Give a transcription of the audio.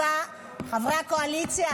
חברי הקואליציה,